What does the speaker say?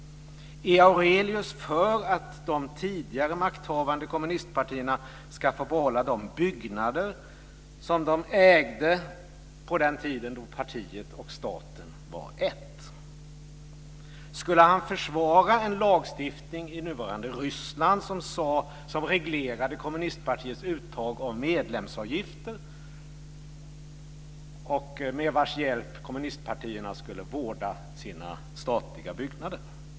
Är Aurelius för att de tidigare makthavande kommunistpartierna ska få behålla de byggnader som de ägde på den tid när partiet och staten var ett? Skulle han försvara en lagstiftning i nuvarande Ryssland som reglerade kommunistpartiets uttag av medlemsavgifter, med vars hjälp kommunistpartierna skulle vårda sina statliga byggnader?